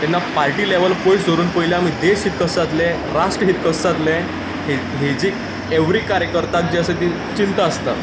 तेन्ना party level पयस दवरून पयलीं आमी देश हीत कशें जातलें राष्ट्र हीत कशें जातलें हेची एवरी कार्यकर्त्याक जी आसा ती चिंता आसता